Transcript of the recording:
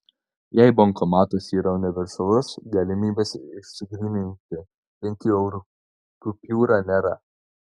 jei bankomatas yra universalus galimybės išsigryninti penkių eurų kupiūrą nėra